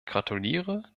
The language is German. gratuliere